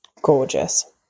Gorgeous